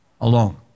alone